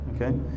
okay